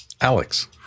Alex